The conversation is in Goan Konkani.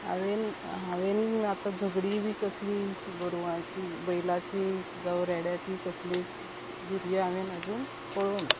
हांवेन हांवेन आतां झगडी बी कसली गोरवाची बैलाची जावं रेड्याची कसली धिरयो हांवेन आजून पळोवना